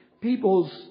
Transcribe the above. people's